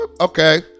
Okay